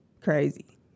Crazy